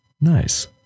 Nice